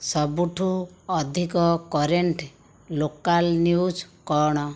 ସବୁଠୁ ଅଧିକ current local news କ'ଣ